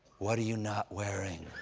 what are you not wearing?